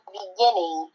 beginning